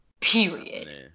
Period